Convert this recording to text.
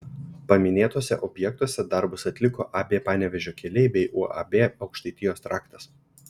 paminėtuose objektuose darbus atliko ab panevėžio keliai bei uab aukštaitijos traktas